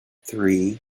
three